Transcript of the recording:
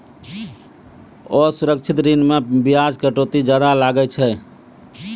असुरक्षित ऋण मे बियाज कटौती जादा लागै छै